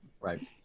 Right